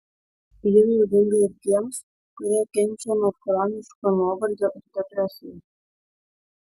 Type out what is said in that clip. ji naudinga ir tiems kurie kenčia nuo chroniško nuovargio ir depresijos